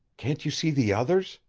can't you see the others?